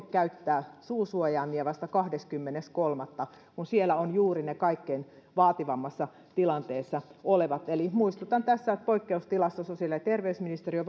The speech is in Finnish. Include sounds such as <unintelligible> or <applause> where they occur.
<unintelligible> käyttää suusuojaimia vasta kahdeskymmenes kolmatta kun siellä ovat juuri ne kaikkein vaativimmassa tilanteessa olevat eli muistutan tässä että poikkeustilassa sosiaali ja terveysministeriö <unintelligible>